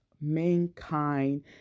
mankind